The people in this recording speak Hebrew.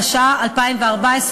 התשע"ה 2014,